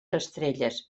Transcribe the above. estrelles